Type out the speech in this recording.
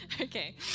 Okay